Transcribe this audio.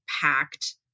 packed